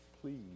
please